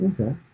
okay